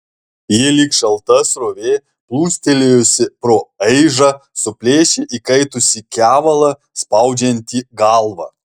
ji lyg šalta srovė plūstelėjusi pro aižą suplėšė įkaitusį kevalą spaudžiantį galvą